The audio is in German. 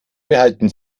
behalten